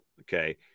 okay